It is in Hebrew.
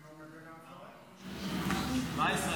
בבקשה,